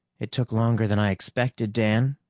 it took longer than i expected, dan,